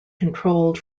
controlled